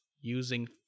using